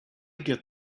get